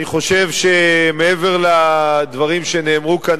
אני חושב שמעבר לדברים שנאמרו כאן,